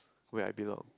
where I belong